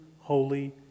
holy